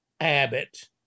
abbott